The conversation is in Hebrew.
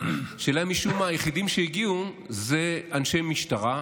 שאליה משום מה היחידים שהגיעו זה אנשי משטרה,